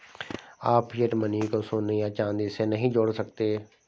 आप fiat money को सोने या चांदी से नहीं जोड़ सकते